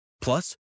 Plus